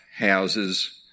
houses